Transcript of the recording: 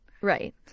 Right